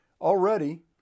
Already